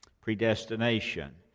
predestination